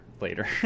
later